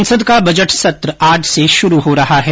संसद का बजट सत्र आज से शुरू हो रहा है